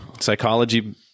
Psychology